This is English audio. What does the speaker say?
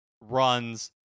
runs